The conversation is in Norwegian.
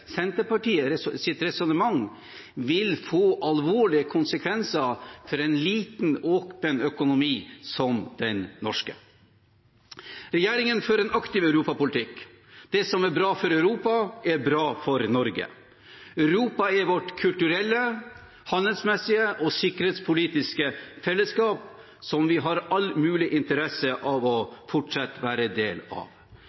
Senterpartiet sitt resonnement, vil få alvorlige konsekvenser for en liten, åpen økonomi som den norske. Regjeringen fører en aktiv europapolitikk. Det som er bra for Europa, er bra for Norge. Europa er vårt kulturelle, handelsmessige og sikkerhetspolitiske fellesskap som vi har all mulig interesse av